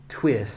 twist